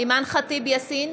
אימאן ח'טיב יאסין,